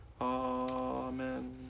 Amen